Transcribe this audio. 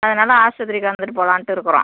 அதனால் ஆஸ்பத்திரிக்கி வந்துட்டு போகலான்ட்டு இருக்கிறோம்